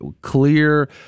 clear